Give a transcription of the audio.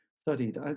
studied